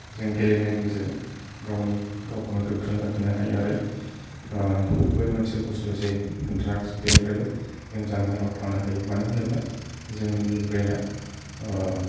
जों गेलेनायनि गेजेरजों गावनि गावखौनो गोख्रों लाखिनो हायो आरो बै मोनसे बुस्तु जे द्राग्स बेनिफ्रायबो जों जानगाराव थानो हायो मानो होनोब्ला जोंनि जे ब्रैना